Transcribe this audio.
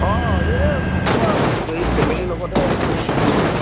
অঁ এই নক'বা আৰু এই ফেমিলিৰ লগতে একেইদিন বিজি হৈ আছোঁ